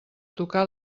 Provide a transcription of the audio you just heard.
tocar